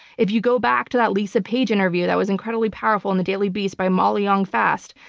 if you go back to that lisa page interview that was incredibly powerful in the daily beast by molly jong-fast,